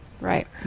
Right